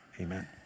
amen